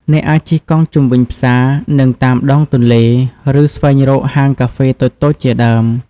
អ្នកអាចជិះកង់ជុំវិញផ្សារ និងតាមដងទន្លេ ឬស្វែងរកហាងកាហ្វេតូចៗជាដើម។